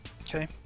Okay